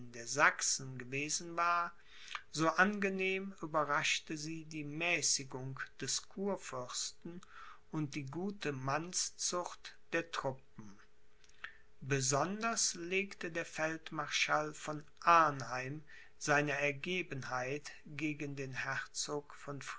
der sachsen gewesen war so angenehm überraschte sie die mäßigung des kurfürsten und die gute mannszucht der truppen besonders legte der feldmarschall von arnheim seine ergebenheit gegen den herzog von